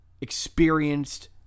experienced